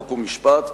חוק ומשפט,